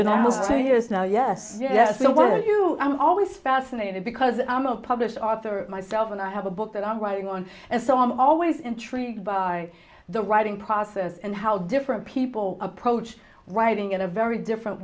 know i'm always fascinated because i'm a published author myself and i have a book that i'm writing on and so i'm always intrigued by the writing process and how different people approach writing in a very different